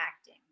acting